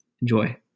Enjoy